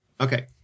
Okay